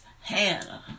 Hannah